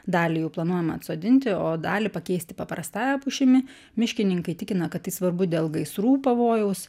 dalį jų planuojama atsodinti o dalį pakeisti paprastąja pušimi miškininkai tikina kad tai svarbu dėl gaisrų pavojaus